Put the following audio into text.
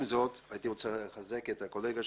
עם זאת, הייתי רוצה לחזק את הקולגה שלי,